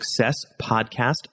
SuccessPodcast